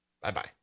bye-bye